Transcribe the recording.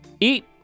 eat